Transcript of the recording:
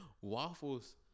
Waffles